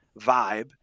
vibe